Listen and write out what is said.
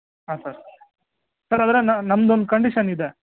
ಹಾಂ sir sir ಆದರೆ ನಮ್ದು ಒಂದು ಕಂಡೀಶನ್ ಇದೆ